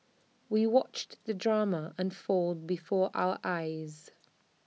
we watched the drama unfold before our eyes